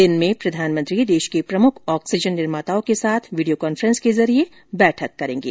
दिन में प्रधानमंत्री देश के प्रमुख ऑक्सीजन निर्माताओं के साथ वीडियो कॉन्फ्रेंस के जरिए बैठक करेंगे